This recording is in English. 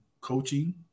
coaching